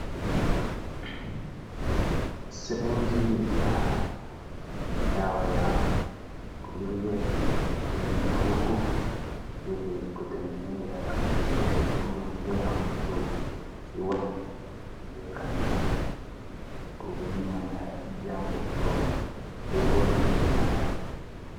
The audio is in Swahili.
Sirinji la dawa ya kulevya zinatumika uku ilikutengeneza na kudungilia mtu iwapo anakuzuniwa na jambo au ugonjwa fulani.